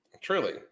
Truly